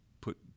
put